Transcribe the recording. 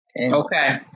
okay